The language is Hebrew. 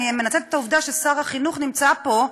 אני מנצלת את העובדה ששר החינוך נמצא פה,